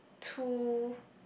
too